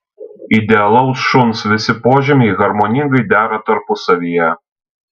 idealaus šuns visi požymiai harmoningai dera tarpusavyje